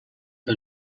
the